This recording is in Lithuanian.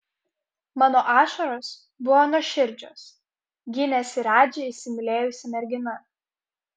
mano ašaros buvo nuoširdžios gynėsi radži įsimylėjusi mergina